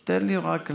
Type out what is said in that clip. אז תן לי רק,